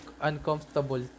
uncomfortable